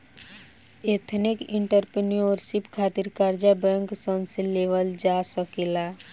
ethnic entrepreneurship खातिर कर्जा bank सन से लेवल जा सकेला